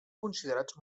considerats